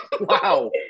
Wow